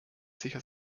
sicher